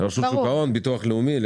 לרשות שוק ההון והביטוח הלאומי,